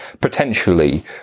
potentially